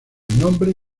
nombre